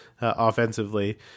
offensively